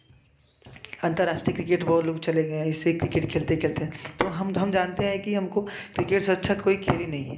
अन्तर्राष्ट्रीय क्रिकेट बहुत लोग चले गए इसी क्रिकेट खेलते खेलते हैं तो हम हम जानते हैं कि हमको क्रिकेट से अच्छा कोई खेल ही नहीं है